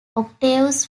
octaves